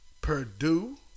Purdue